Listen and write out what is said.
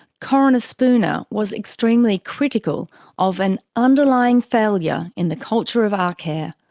coroner spooner was extremely critical of an underlying failure in the culture of arcare,